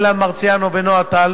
אילן מרסיאנו ונועה טל,